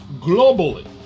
Globally